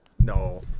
No